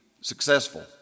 successful